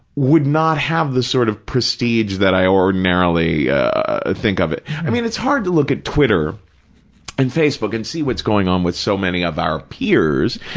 would not have the sort of prestige that i ordinarily think of. i mean, it's hard to look at twitter and facebook and see what's going on with so many of our peers